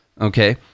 okay